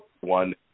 one